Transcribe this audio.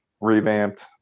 revamped